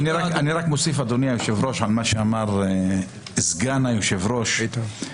אני רק אוסיף על מה שאמר סגן היושב-ראש